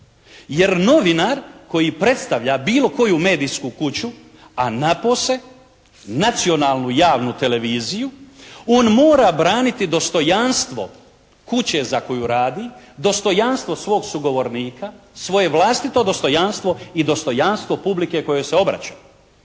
Jer novinar koji predstavlja bilo koju medijsku kuću, a napose nacionalnu javnu televiziju on mora braniti dostojanstvo kuće za koju radi, dostojanstvo svog sugovornika, svoje vlastito dostojanstvo i dostojanstvo publike kojoj se obraća